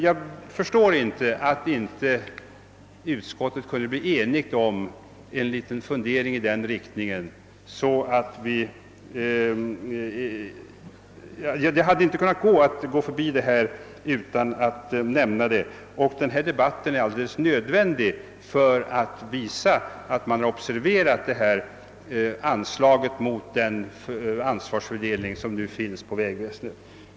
Jag förstår inte att utskottet inte kunnat enas om att göra ett uttalande i den riktningen. En debatt är alldeles nödvändig för att visa att man har observerat det anslag som gjorts mot den ansvarsfördelning som nu finns i fråga om vägväsendet.